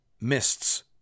mists